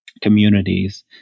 communities